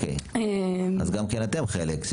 גם אתם חלק.